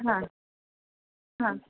हां हां